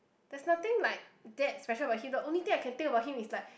there's nothing like that special about him the only thing I can think about him is like